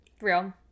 Real